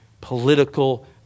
political